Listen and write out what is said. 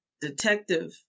detective